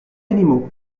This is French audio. animaux